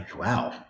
Wow